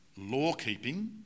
law-keeping